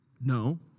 No